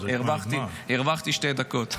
הרווחתי שתי דקות.